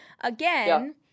Again